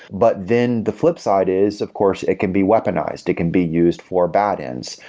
but then the flipside is of course, it can be weaponized. it can be used for bad ends.